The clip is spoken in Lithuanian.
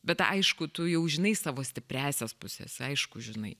bet aišku tu jau žinai savo stipriąsias puses aišku žinai